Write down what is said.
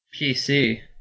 PC